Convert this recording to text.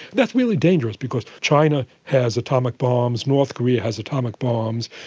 that's really dangerous because china has atomic bombs, north korea has atomic bombs.